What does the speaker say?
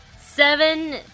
seven